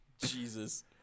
Jesus